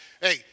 hey